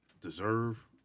deserve